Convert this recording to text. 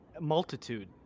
multitude